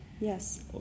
Yes